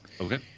Okay